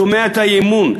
שומע את האי-אמון,